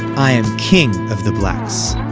i am king of the blacks.